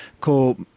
Call